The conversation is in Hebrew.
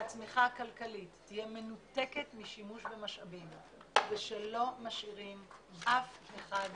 הצמיחה הכלכלית תהיה מנותקת משימוש במשאבים ושלא משאירים אף אחד מאחור.